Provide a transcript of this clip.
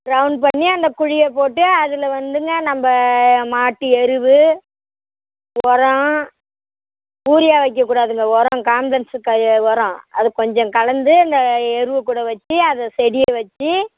round பண்ணி அந்த குழியை போட்டு அதில் வந்துங்க நம்ப மாட்டு எரு உரம் யூரியா வைக்கக்கூடாதுங்க உரம் காம்ப்ளக்ஸ் கை உரம் அது கொஞ்சம் கலந்து இந்த எரு கூட வெச்சு அதில் செடியை வெச்சு